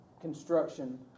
construction